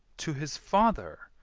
to his father,